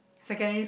secondary